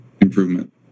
improvement